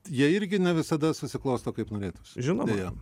jie irgi ne visada susiklosto kaip norėtųsi